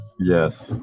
Yes